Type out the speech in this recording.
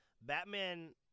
Batman